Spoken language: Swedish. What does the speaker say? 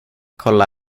kolla